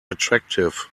attractive